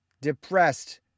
depressed